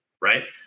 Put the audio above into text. right